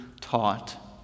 taught